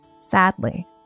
sadly